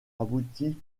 aboutit